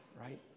right